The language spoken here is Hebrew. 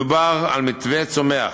מדובר על מתווה צומח,